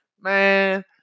Man